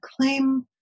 claim